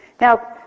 Now